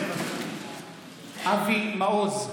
מתחייב אני אבי מעוז,